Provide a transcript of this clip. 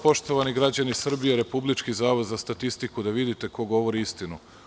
Poštovani građani Srbije, evo Republički zavod za statistiku da vidite ko govori istinu.